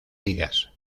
ligas